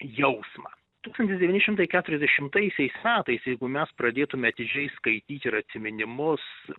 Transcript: jausmą tūkstantis devyni šimtai keturiasdešimtaisiais metais jeigu mes pradėtume atidžiai skaityt ir atsiminimus